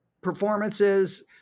performances